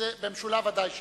במשולב ודאי שלא.